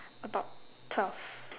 about twelve